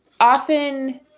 often